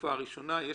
התקופה הראשונה,